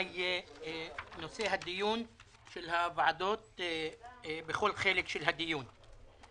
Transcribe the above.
מה יהיה נושא הדיון של הוועדות בכל חלק של הדיון.